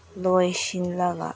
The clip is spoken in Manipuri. ꯂꯣꯏꯁꯤꯜꯂꯒ